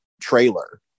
trailer